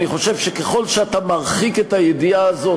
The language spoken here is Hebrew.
אני חושב שככל שאתה מרחיק את הידיעה הזאת